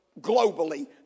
globally